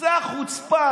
זו החוצפה.